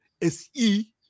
S-E